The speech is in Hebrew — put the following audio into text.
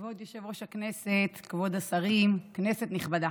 כבוד יושב-ראש הישיבה, כבוד השרים, כנסת נכבדה,